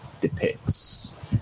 depicts